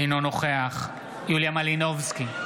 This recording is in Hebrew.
אינו נוכח יוליה מלינובסקי,